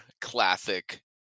classic